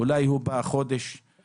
הוא מגיע אולי לחודש בחופשות,